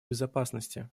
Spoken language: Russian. безопасности